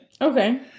Okay